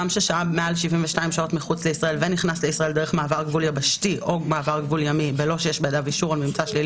בעל רישיון לישיבת קבע בישראל או בעל רישיון